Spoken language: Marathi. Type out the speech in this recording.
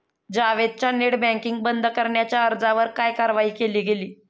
जावेदच्या नेट बँकिंग बंद करण्याच्या अर्जावर काय कारवाई केली गेली?